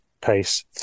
pace